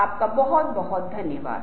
आपका बहुत धन्यवाद